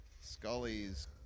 Scully's